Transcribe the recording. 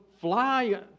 fly